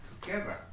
together